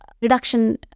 reduction